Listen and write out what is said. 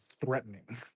threatening